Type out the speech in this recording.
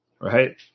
Right